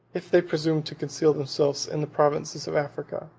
if they presumed to conceal themselves in the provinces of africa.